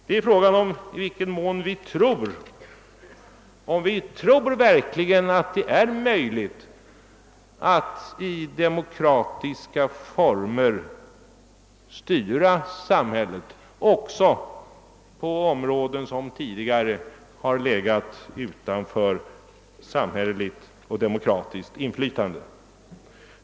Det gäller i vilken mån vi verkligen tror att det är möjligt att i demokratiska former styra samhället också på områden som tidigare har legat utanför samhälleligt och demokratiskt inflytande.